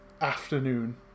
afternoon